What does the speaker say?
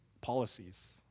policies